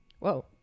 Whoa